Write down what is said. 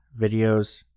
videos